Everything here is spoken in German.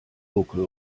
buckel